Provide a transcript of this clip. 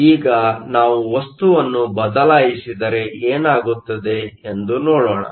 ಈಗ ನಾವು ವಸ್ತುವನ್ನು ಬದಲಾಯಿಸಿದರೆ ಏನಾಗುತ್ತದೆ ಎಂದು ನೋಡೋಣ